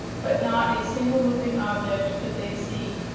but not a single moving object could they see.